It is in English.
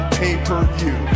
pay-per-view